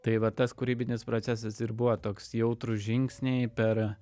tai va tas kūrybinis procesas ir buvo toks jautrūs žingsniai per